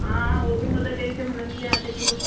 हा उहो बि मदर डेरी ते मिलंदी आहे अधि किलो